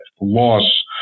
loss